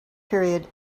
period